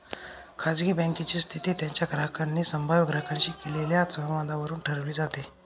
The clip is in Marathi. खाजगी बँकेची स्थिती त्यांच्या ग्राहकांनी संभाव्य ग्राहकांशी केलेल्या संवादावरून ठरवली जाते